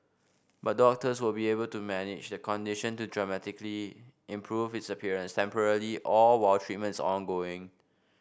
but doctors will be able to manage the condition to dramatically improve its appearance temporarily or while treatment is ongoing